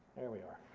there we are.